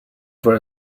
for